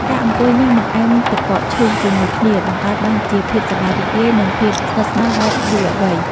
ការអង្គុយញ៉ាំបង្អែមទឹកកកឈូសជាមួយគ្នា បង្កើតបានជាភាពសប្បាយរីករាយ និងភាពស្និទ្ធស្នាលបែបយុវវ័យ។